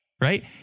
Right